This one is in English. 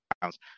pounds